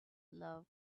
love